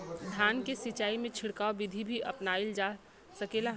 धान के सिचाई में छिड़काव बिधि भी अपनाइल जा सकेला?